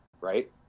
right